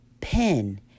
pen